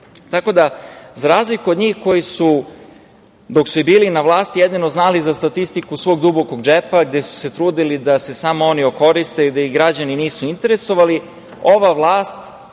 Za razliku od njih koji su, dok su i bili na vlasti, jedino znali za statistiku svog dubokog džepa gde su se trudili da se samo oni okoriste i da ih građani nisu interesovali, ova vlast